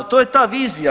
To je ta vizija.